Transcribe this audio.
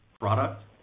product